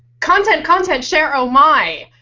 content. content. share. oh my!